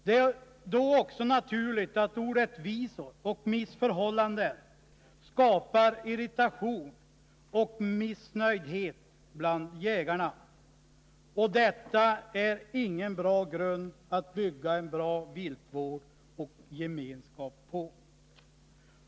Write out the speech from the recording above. Det är då också naturligt att orättvisa och missförhållanden skapar irritation och missnöje bland jägarna, och detta är ingen god grund att bygga en bra viltvård och gemenskap på.